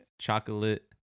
chocolate